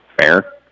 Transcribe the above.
Fair